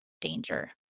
danger